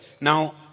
Now